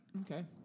Okay